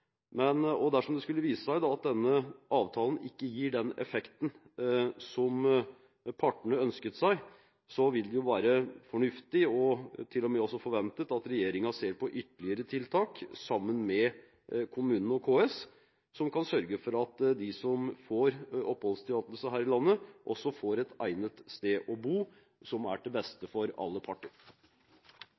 Dersom det skulle vise seg at denne avtalen ikke gir den effekten som partene ønsket seg, vil det jo være fornuftig, og til med også forventet, at regjeringen ser på ytterligere tiltak sammen med kommunene og KS, som kan sørge for at de som får oppholdstillatelse her i landet, også får et egnet sted å bo, noe som er til beste for alle parter.